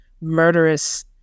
murderous